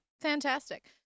fantastic